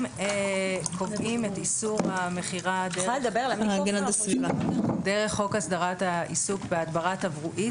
אם קובעים את איסור המכירה דרך חוק הסדרת העיסוק בהדברת תברואית,